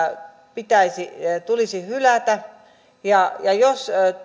tulisi hylätä ja ja jos